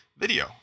video